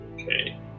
Okay